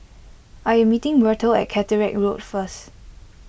I am meeting Myrtle at Caterick Road first